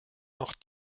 noch